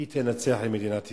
הוא ינצח את מדינת ישראל.